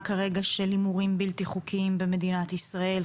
כרגע של הימורים בלתי חוקיים במדינת ישראל,